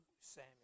Samuel